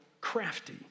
crafty